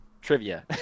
trivia